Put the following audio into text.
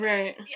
Right